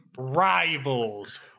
rivals